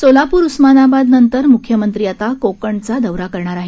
सोलापूर उस्मानाबादनंतर मुख्यमंत्री आता कोकणचा दौरा करणार आहेत